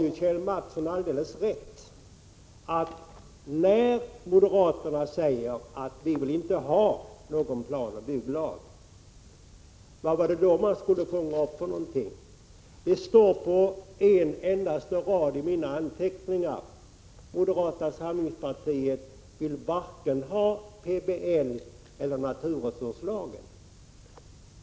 Kjell Mattsson har därför alldeles rätt när han frågar sig vad det var för någonting som man skulle fånga upp, när moderaterna sagt att de inte ville ha någon PBL. Det står på en endaste rad i mina anteckningar: ”Moderata samlingspartiet vill varken ha PBL eller naturresurslagen.